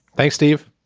thanks, steve.